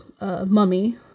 mummy